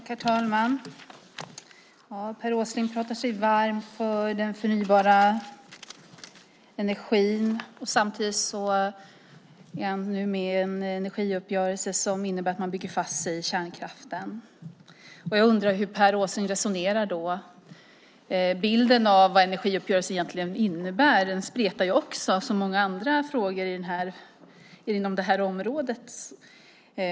Herr talman! Per Åsling pratar sig varm för den förnybara energin. Samtidigt är han med i en energiuppgörelse som innebär att man bygger fast sig i kärnkraften. Jag undrar hur Per Åsling resonerar. Bilden av vad energiuppgörelsen egentligen innebär spretar också som många andra frågor inom detta område.